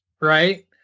right